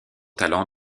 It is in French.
talents